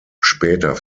später